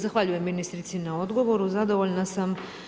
Zahvaljujem ministrici na odgovoru, zadovoljna sam.